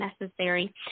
necessary